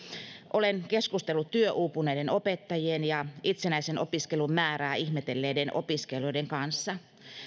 olen keskustellut työuupuneiden opettajien ja itsenäisen opiskelun määrää ihmetelleiden opiskelijoiden kanssa